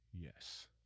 Yes